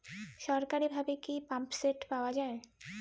সরকারিভাবে কি পাম্পসেট পাওয়া যায়?